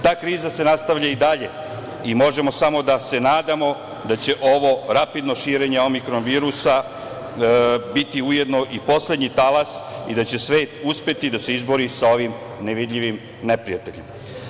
Ta kriza se nastavlja i dalje i možemo samo da se nadamo da će ovo rapidno širenje Omikron virusa biti ujedno i poslednji talas i da će svet uspeti da se izbori sa ovim nevidljivim neprijateljem.